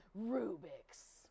Rubik's